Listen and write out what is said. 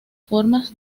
formas